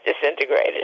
disintegrated